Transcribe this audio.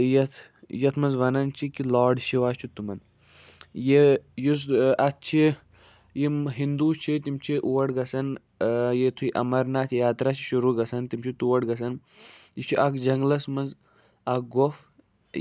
یَتھ یَتھ منٛز وَنان چھِ کہِ لاڈ شِوا چھُ تِمَن یہِ یُس اَتھ چھِ یِم ہِندوٗ چھِ تِم چھِ اور گژھان یِتھُے اَمر ناتھ یاترٛا چھُ شُروع گژھان تِم چھِ تور گژھان یہِ چھُ اکھ جنٛگلَس منٛز اکھ گۄپھ